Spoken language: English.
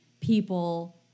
people